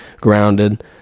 grounded